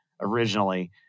originally